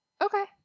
Okay